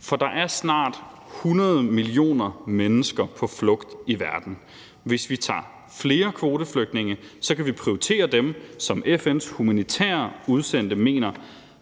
For der er snart 100 millioner mennesker på flugt i verden. Hvis vi tager flere kvoteflygtninge, kan vi prioritere dem, som FN's humanitære udsendte mener